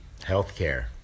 Healthcare